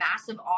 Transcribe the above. massive